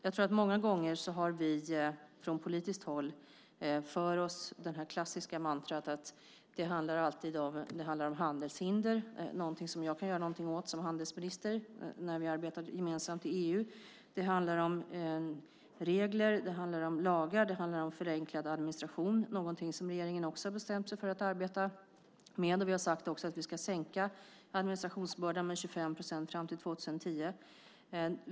Jag tror att vi många gånger från politiskt håll har för oss - det är det klassiska mantrat - att det handlar om handelshinder, någonting som jag kan göra någonting åt som handelsminister när vi arbetar gemensamt i EU. Det handlar om regler. Det handlar lagar. Det handlar om förenklad administration, någonting som regeringen också har bestämt sig för att arbeta med. Vi har också sagt att vi ska minska administrationsbördan med 25 procent fram till 2010.